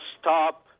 stop